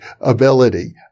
ability